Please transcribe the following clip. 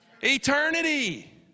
eternity